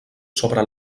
sobre